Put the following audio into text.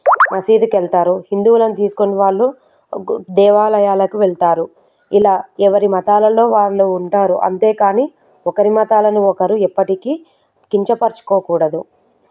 మసీదుకు వెళ్తారు హిందువులను తీసుకోండి వాళ్ళు గు దేవాలయాలకు వెళ్తారు ఇలా ఎవరి మతాలల్లో వాళ్ళు ఉంటారు అంతే కానీ ఒకరి మతాలను ఒకరు ఎప్పటికి కించపరచుకోకూడదు